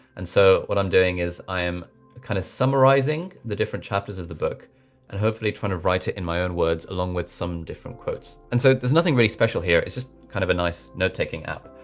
and so what i'm doing is i am kind of summarising the different chapters of the book and hopefully trying to write it in my own words, along with some different quotes. and so there's nothing really special here. it's just kind of a nice note taking app.